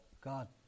God